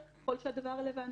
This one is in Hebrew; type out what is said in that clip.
כן, ככל שהדבר רלוונטי.